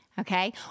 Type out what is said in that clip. Okay